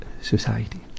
society